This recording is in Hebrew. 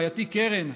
רעייתי קרן,